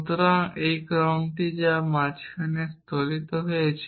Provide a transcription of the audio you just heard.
সুতরাং এই ক্রমটি যা মাঝখানে স্খলিত হয়েছে